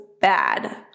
bad